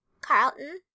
carlton